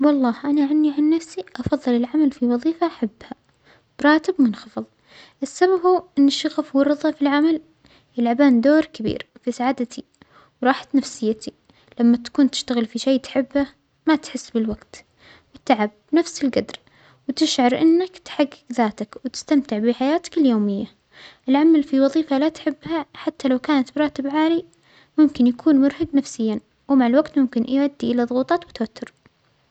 والله أنا عنى عن نفسى أفظل العمل في وظيفة أحبها براتب منخفظ، السبب هو أن الشغف والرغبة في العمل يلعبان دور كبير في سعادتي وراحة نفسيتي، لما تكون تشتغل في شيء تحبه ما تحس بالوجت والتعب نفس الجدر وتشعر أنك تحجج ذاتك وتستمتع بحياتك اليومية، العمل في وظيفة لا تحبها حتى لو كانت براتب عالى ممكن يكون مرهج نفسياً، ومع الوقت ممكن يؤدى إلى ظغوطات وتوتر.